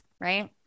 Right